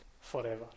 forever